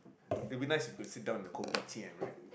it would be nice if we could sit down at the Kopitiam right